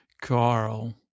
Carl